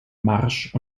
marsch